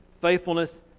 faithfulness